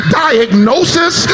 diagnosis